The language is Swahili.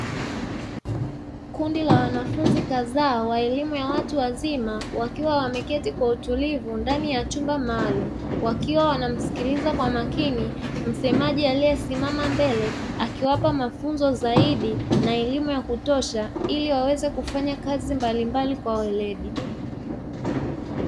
Kundi la wanafunzi kadhaa wa elimu ya watu wazima wakiwa wameketi kwa utulivu ndani ya chumba maalumu, wakiwa wanamsikiliza kwa makini msemaji aliyesimama mbele akiwapa mafunzo zaidi na elimu ya kutosha, ili waweze kufanya kazi mbalimbali kwa weledi.